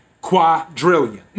quadrillion